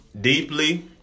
deeply